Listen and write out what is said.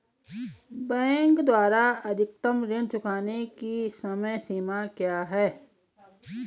Bank द्वारा अधिकतम ऋण चुकाने की समय सीमा क्या है?